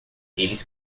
eles